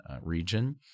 region